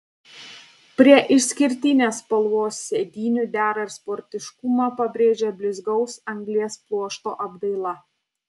prie išskirtinės spalvos sėdynių dera ir sportiškumą pabrėžia blizgaus anglies pluošto apdaila